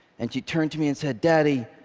and she turned to me and said, daddy,